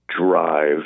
drive